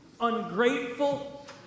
ungrateful